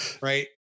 right